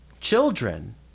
children